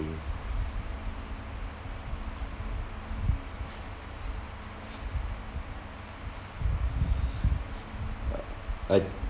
you I I